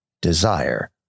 desire